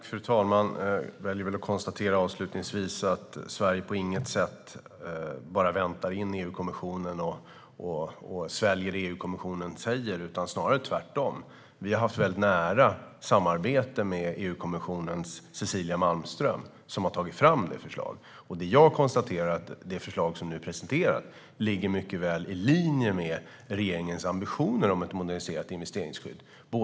Fru talman! Jag konstaterar avslutningsvis att Sverige på intet sätt bara väntar in EU-kommissionen och sväljer vad den säger, snarare tvärtom. Vi har haft ett nära samarbete med EU-kommissionens Cecilia Malmström, som har tagit fram förslaget. Det förslag som nu presenteras ligger väl i linje med regeringens ambitioner om ett moderniserat investeringsskydd.